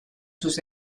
sus